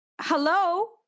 Hello